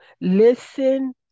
listen